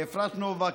לאפרת נובק,